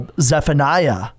Zephaniah